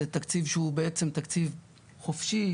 התקציב הזה הוא בעצם תקציב חופשי,